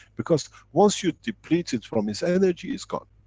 because once you deplete it from its energy, it's gone.